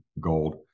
gold